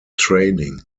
training